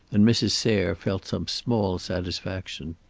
and mrs. sayre felt some small satisfaction.